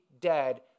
dead